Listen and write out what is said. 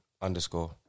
underscore